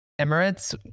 Emirates